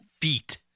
feet